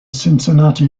cincinnati